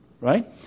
right